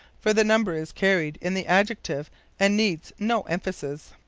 for the number is carried in the adjective and needs no emphasis.